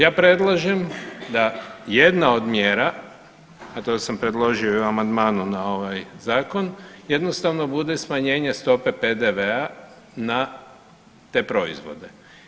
Ja predlažem da jedna od mjera, a to sam predložio i u amandmanu na ovaj zakon jednostavno bude smanjenje stope PDV-a na te proizvode.